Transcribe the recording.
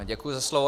Děkuji za slovo.